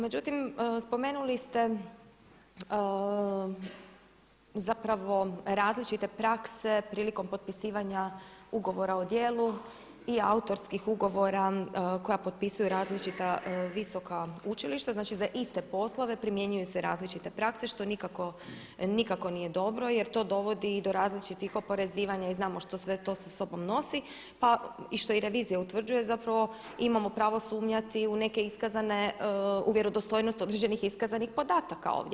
Međutim, spomenuli se zapravo različite prakse prilikom potpisivanja ugovora o djelu i autorskih ugovora koja potpisuje različita visoka učilišta, znači za iste poslove primjenjuju se različite prakse što nikako nije dobro jer to dovodi i do različitih oporezivanja i znamo što to sve sa sobom nosi i što i revizija utvrđuje, zapravo imamo pravo sumnjati u neke iskazane, u vjerodostojnost određenih iskazanih podataka ovdje.